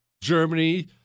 Germany